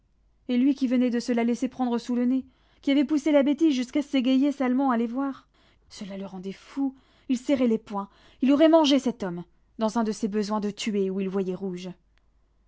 et lui qui venait de se la laisser prendre sous le nez qui avait poussé la bêtise jusqu'à s'égayer salement à les voir cela le rendait fou il serrait les poings il aurait mangé cet homme dans un de ces besoins de tuer où il voyait rouge